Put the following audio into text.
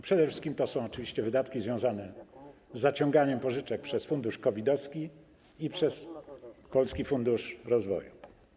Przede wszystkim są to oczywiście wydatki związane z zaciąganiem pożyczek przez fundusz COVID-owski i przez Polski Fundusz Rozwoju.